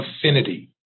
affinity